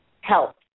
help